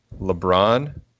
LeBron